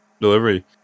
delivery